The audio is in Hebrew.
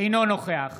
אינו נוכח